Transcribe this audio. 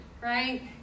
right